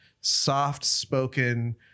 soft-spoken